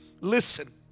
Listen